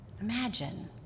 imagine